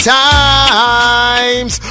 times